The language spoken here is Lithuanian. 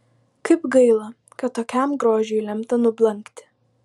kaip gaila kad tokiam grožiui lemta nublankti